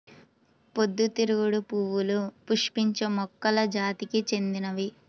పొద్దుతిరుగుడు పువ్వులు పుష్పించే మొక్కల జాతికి చెందినవి